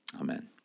Amen